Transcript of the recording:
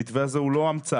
המתווה הזה הוא לא המצאה,